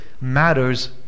matters